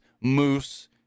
Moose